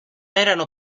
erano